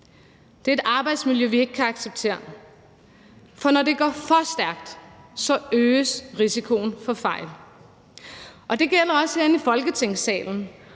Det er et arbejdsmiljø, vi ikke kan acceptere. For når det går for stærkt, øges risikoen for fejl. Det gælder også herinde i Folketingssalen,